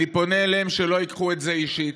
אני פונה אליהם שלא ייקחו את זה אישית.